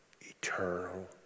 eternal